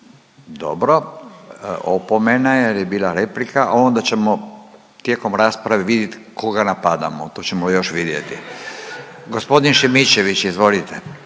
Dobro, opomena je jer je bila replika. Onda ćemo tijekom rasprave vidjet koga napadamo, to ćemo još vidjeti. Gospodin Šimičević, izvolite.